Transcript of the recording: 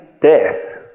death